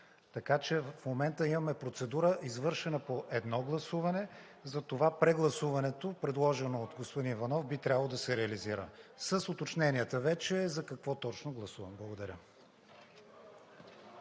Така че в момента имаме процедура, извършена по едно гласуване. Затова прегласуването, предложено от господин Иванов, би трябвало да се реализира с уточненията вече за какво точно гласувам. Благодаря.